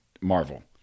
Marvel